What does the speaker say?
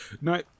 No